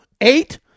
eight